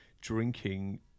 drinking